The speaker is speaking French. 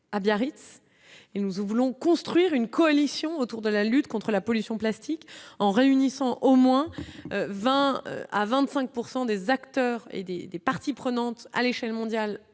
à Biarritz et nous en voulons construire une coalition autour de la lutte contre la pollution plastique en réunissant au moins 20 à 25 pourcent des acteurs et des des parties prenantes à l'échelle mondiale